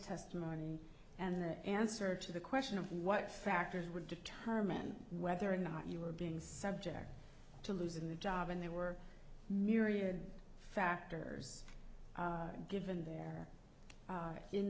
testimony and the answer to the question of what factors would determine whether or not you were being subject to losing their job and they were myriad factors given the